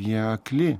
jie akli